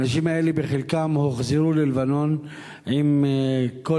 האנשים האלה בחלקם הוחזרו ללבנון בכל